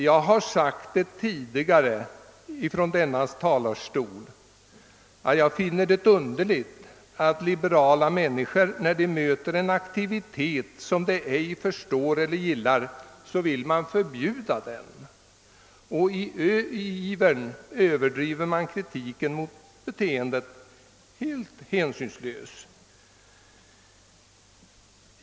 Jag har tidigare från denna talarstol sagt att jag finner det underligt att liberala människor när de möter en aktivitet som de ej förstår eller gillar vill förbjuda den. I sin iver överdriver de kritiken helt hänsynslöst.